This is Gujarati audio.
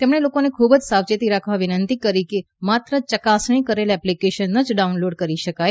તેમણે લોકોને ખૂબ સાવચેતી રાખવા વિનંતી કરી કે માત્ર યકાસણી કરેલ એપ્લિકેશનો જ ડાઉનલોડ કરી શકાય